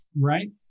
right